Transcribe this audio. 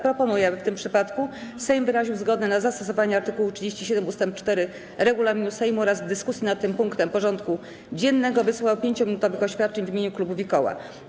Proponuję, aby w tym przypadku Sejm wyraził zgodę na zastosowanie art. 37 ust. 4 regulaminu Sejmu oraz w dyskusji nad tym punktem porządku dziennego wysłuchał 5-minutowych oświadczeń w imieniu klubów i koła.